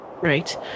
Right